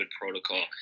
protocol